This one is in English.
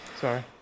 Sorry